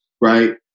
right